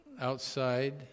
outside